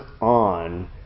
on